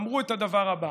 אמרה את הדבר הבא,